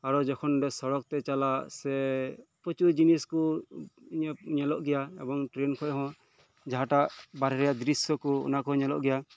ᱟᱨᱦᱚᱸ ᱡᱮᱠᱷᱚᱱ ᱥᱚᱲᱚᱠ ᱛᱮ ᱪᱟᱞᱟᱜ ᱥᱮ ᱯᱨᱚᱪᱩᱨ ᱡᱤᱱᱤᱥ ᱠᱚ ᱧᱮᱞᱚᱜ ᱜᱮᱭᱟ ᱮᱵᱚᱝ ᱴᱨᱮᱱ ᱠᱷᱚᱱ ᱦᱚᱸ ᱡᱟᱦᱟᱸᱴᱟᱜ ᱵᱟᱨᱦᱮ ᱨᱮᱭᱟᱜ ᱫᱨᱤᱥᱥᱚ ᱠᱚ ᱧᱮᱞᱚᱜ ᱜᱮᱭᱟ